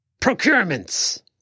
procurements